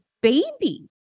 baby